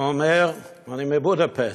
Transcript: הוא אומר: אני מבודפשט,